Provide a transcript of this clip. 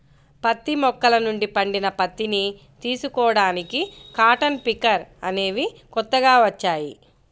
పత్తి మొక్కల నుండి పండిన పత్తిని తీసుకోడానికి కాటన్ పికర్ అనేవి కొత్తగా వచ్చాయి